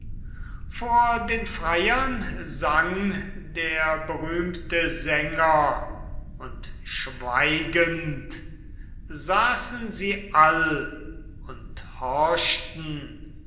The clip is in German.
vor den freiern sang der berühmte sänger und schweigend saßen sie all und horchten